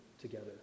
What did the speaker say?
together